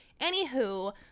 anywho